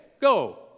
go